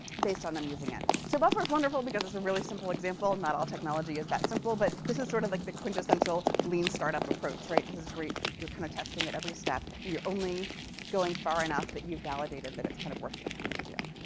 based on them using it. so buffer's wonderful, because it's a really simple example. not all technology is that simple, but this is sort of like the quintessential lean startup approach, right? this is great you're kind of testing it every step, and you're only going far enough that you've validated that it's kind of worth your time to do.